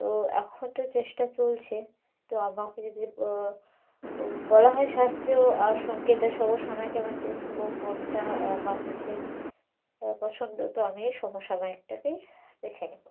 তো এখন তো চেষ্টা চলছে তো আমাকে যদি বলা হয় শাস্ত্রীয় আর সঙ্গীত সমসাময়িক আমাদের ও কোনটা আমার কাছে পছন্দ তো আমি সমসামায়িকটাকেই বেছে নেবো